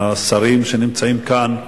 השרים שנמצאים כאן,